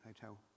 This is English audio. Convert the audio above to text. hotel